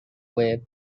webb